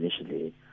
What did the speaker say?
initially